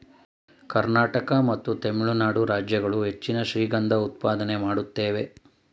ಕರ್ನಾಟಕ ಮತ್ತು ತಮಿಳುನಾಡು ರಾಜ್ಯಗಳು ಹೆಚ್ಚಿನ ಶ್ರೀಗಂಧ ಉತ್ಪಾದನೆ ಮಾಡುತ್ತೇವೆ